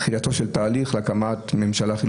דחייתו של תהליך להקמת ממשלה חלופית,